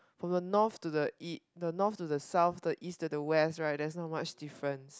from the north to the east the north to the south the east to west there is no much different